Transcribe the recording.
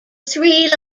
three